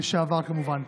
לשעבר, כמובן.